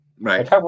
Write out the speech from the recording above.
Right